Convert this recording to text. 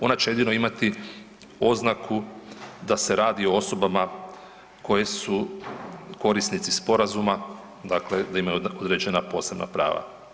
Ona će jedino imati oznaku da se radi o osobama koje su korisnici sporazuma, dakle da imaju određena posebna prava.